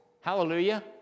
hallelujah